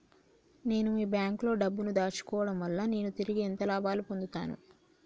నేను మీ బ్యాంకులో డబ్బు ను దాచుకోవటం వల్ల నేను తిరిగి ఎంత లాభాలు పొందుతాను?